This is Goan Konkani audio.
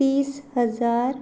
तीस हजार